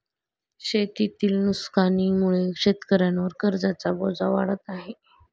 शेतीतील नुकसानीमुळे शेतकऱ्यांवर कर्जाचा बोजा वाढत आहे